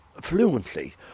fluently